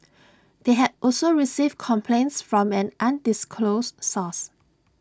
they had also received complaints from an undisclosed source